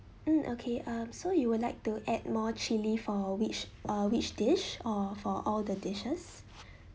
mm okay um so you would like to add more chilli for which uh which dish or for all the dishes